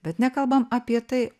bet nekalbam apie tai